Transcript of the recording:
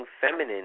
feminine